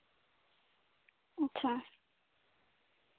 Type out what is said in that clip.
ᱟᱪᱪᱷᱟ